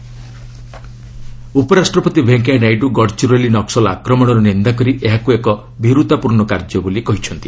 VP Naxal attack ଉପରାଷ୍ଟପତି ଭେଙ୍କିୟା ନାଇଡ଼ ଗଡ଼ଚିରୋଲି ନକୁଲ୍ ଆକ୍ରମଣର ନିନ୍ଦା କରି ଏହାକୁ ଏକ ଭୀରୁତାପୂର୍ଣ୍ଣ କାର୍ଯ୍ୟ ବୋଳି କହିଛନ୍ତି